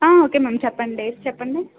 okay ma'am చెప్పండి dates చెప్పండి